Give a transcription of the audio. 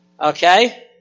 Okay